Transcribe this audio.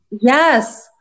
yes